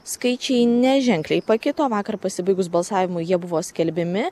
skaičiai neženkliai pakito vakar pasibaigus balsavimui jie buvo skelbiami